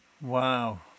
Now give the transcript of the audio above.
Wow